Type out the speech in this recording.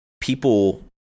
people